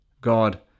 God